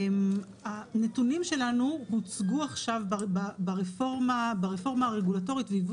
הנתונים שלנו הוצגו עכשיו ברפורמה הרגולטורית והיוו